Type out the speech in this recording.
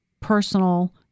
personal